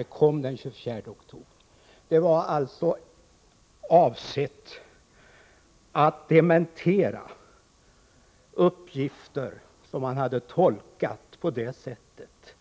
Uttalandet var alltså avsett att dementera uppgifter som man hade tolkat på det sättet